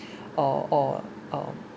uh uh uh